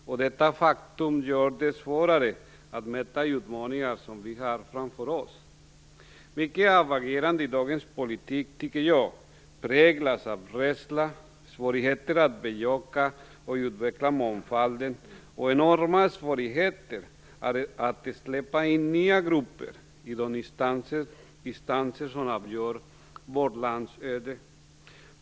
Detta faktum gör det svårare att möta utmaningar som vi har framför oss. Jag tycker att mycket av agerandet i dagens politik präglas av rädsla, svårigheter att bejaka och utveckla mångfalden och enorma svårigheter att släppa in nya grupper i de instanser som avgör vårt lands öde.